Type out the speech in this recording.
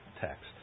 text